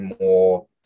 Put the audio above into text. more